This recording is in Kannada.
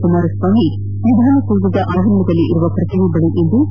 ಕುಮಾರಸ್ವಾಮಿ ವಿಧಾನಸೌಧ ಆವರಣದಲ್ಲಿರುವ ಪ್ರತಿಮೆ ಬಳಿ ಇಂದು ಎಸ್